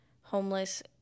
homeless